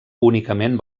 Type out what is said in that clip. únicament